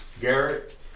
Garrett